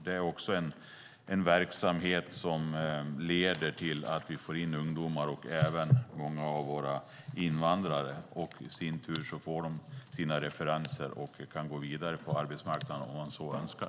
Det är också en verksamhet som leder till att vi får in ungdomar och även många av våra invandrare. De får i sin tur referenser och kan gå vidare på arbetsmarknaden om de så önskar.